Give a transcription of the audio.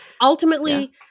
ultimately